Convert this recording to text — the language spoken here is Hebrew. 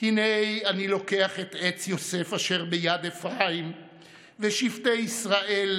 "הנה אני לֹקח את עץ יוסף אשר ביד אפרים ושבטי ישראל